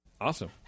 Awesome